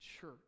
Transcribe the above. church